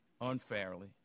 unfairly